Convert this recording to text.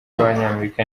b’abanyamerika